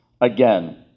again